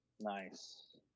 Nice